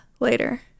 later